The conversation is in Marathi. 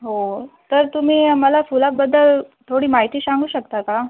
हो तर तुम्ही आम्हाला फुलाबद्दल थोडी माहिती सांगू शकता का